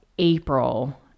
April